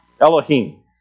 Elohim